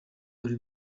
uri